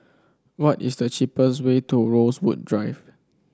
what is the cheapest way to Rosewood Drive